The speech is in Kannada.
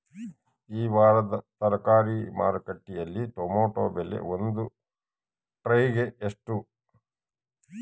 ಈ ವಾರದ ತರಕಾರಿ ಮಾರುಕಟ್ಟೆಯಲ್ಲಿ ಟೊಮೆಟೊ ಬೆಲೆ ಒಂದು ಟ್ರೈ ಗೆ ಎಷ್ಟು?